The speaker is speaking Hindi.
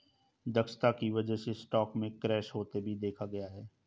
दक्षता की वजह से स्टॉक में क्रैश होते भी देखा गया है